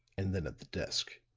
and then at the desk.